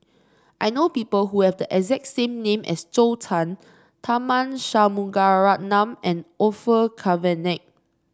I know people who have the exact name as Zhou Can Tharman Shanmugaratnam and Orfeur Cavenagh